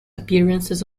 appearances